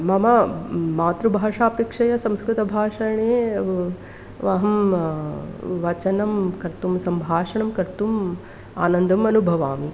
मम मातृभाषापेक्षया संस्कृतभाषणे व् अहं वचनं कर्तुं सम्भाषणं कर्तुं आनन्दम् अनुभवामि